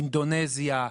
אינדונזיה,